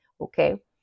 okay